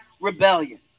rebellion